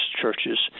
churches